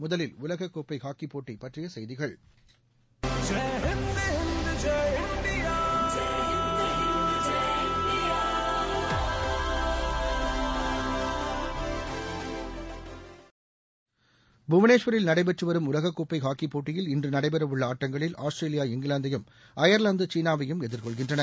முதலில் உலக கோப்பை ஹாக்கிப் போட்டி பற்றிய செய்திகள் புவனேஷ்வரில் நடைபெற்று வரும் உலக கோப்பை ஹாக்கிப் போட்டியில்இன்று நடைபெறவுள்ள ஆட்டங்களில் ஆஸ்திரேலியா இங்கிலாந்தையும் அயர்லாந்து சீனாவையும் எதிர்கொள்கின்றன